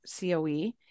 COE